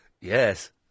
Yes